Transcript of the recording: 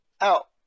out